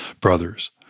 Brothers